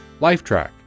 Lifetrack